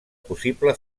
possible